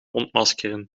ontmaskeren